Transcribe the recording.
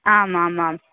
आम् आम् आम्